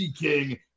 King